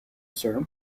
sir